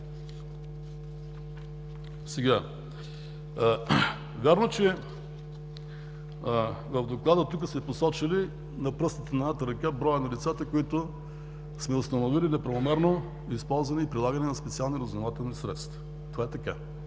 Вярно, че в Доклада сме посочили, на пръстите на едната ръка, броя на лицата, за които сме установили неправомерно използване и прилагане на специални разузнавателни средства. Но тук